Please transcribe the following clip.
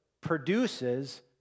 produces